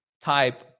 type